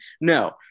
no